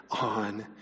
on